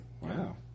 Wow